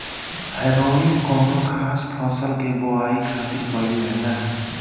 हैरोइन कौनो खास फसल के बोआई खातिर कईल जाला